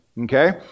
Okay